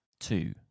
two